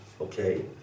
Okay